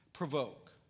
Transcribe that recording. Provoke